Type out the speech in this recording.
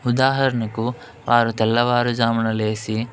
ఉదాహరణకు వారు తెల్లవారుజామున లేసి